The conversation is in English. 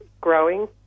growing